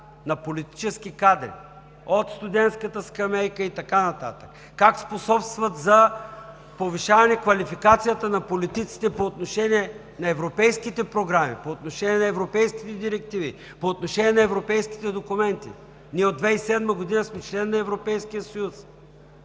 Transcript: на политически кадри – от студентската скамейка и така нататък, как способстват за повишаване квалификацията на политиците по отношение на европейските програми, по отношение на европейските директиви, по отношение на европейските документи. Ние от 2007 г. сме член на Европейския съюз.